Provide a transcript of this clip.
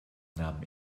nahm